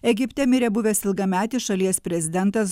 egipte mirė buvęs ilgametis šalies prezidentas